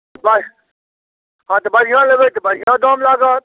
बस हँ तऽ बढ़िआँ लेबै तऽ बढ़िआँ दाम लागत